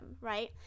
right